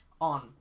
on